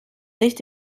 nicht